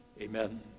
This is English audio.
amen